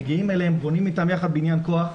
מגיעים אליהם, בונים איתם יחד בניין כוח.